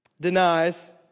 denies